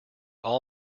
all